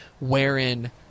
wherein